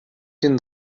den